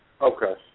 Okay